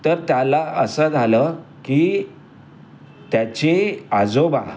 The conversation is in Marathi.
तर त्याला असं झालं की त्याचे आजोबा